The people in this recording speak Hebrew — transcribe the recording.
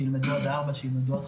שילמדו עד ארבע-חמש.